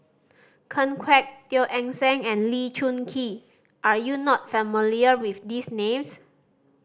Ken Kwek Teo Eng Seng and Lee Choon Kee are you not familiar with these names